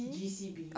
G_C_B